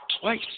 twice